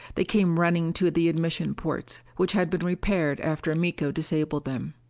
they came running to the admission ports, which had been repaired after miko disabled them.